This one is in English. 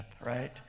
right